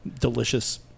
Delicious